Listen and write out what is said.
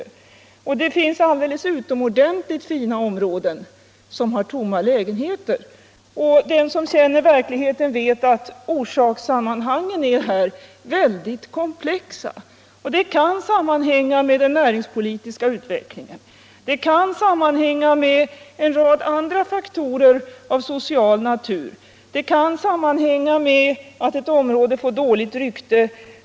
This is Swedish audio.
Å andra sidan finns det utomordentligt fina områden som har tomma lägenheter. Den som känner verkligheten vet att orsakssammanhangen är mycket komplexa. Det kan sammanhänga med den näringspolitiska utvecklingen. Det kan sammanhänga med en rad faktorer av social natur. Det kan sammanhänga med att ett område får dåligt rykte.